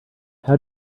how